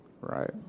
right